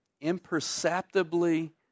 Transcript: imperceptibly